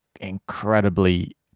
incredibly